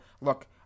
look